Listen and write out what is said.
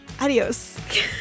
Adios